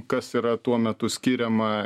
kas yra tuo metu skiriama